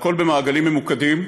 והכול במעגלים ממוקדים,